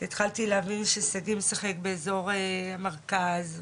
שהתחלתי להבין ששגיא משחק באזור המרכז,